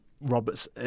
Roberts